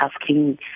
asking